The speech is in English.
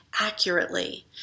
accurately